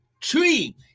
tree